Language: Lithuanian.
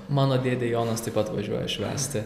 mano dėdė jonas taip pat važiuoja švęsti